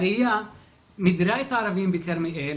העירייה מדירה את הערבים בכרמיאל.